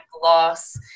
gloss